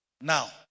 Now